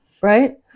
right